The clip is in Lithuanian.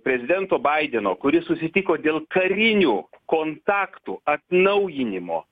prezidento baideno kuris susitiko dėl karinių kontaktų atnaujinimo